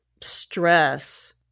stress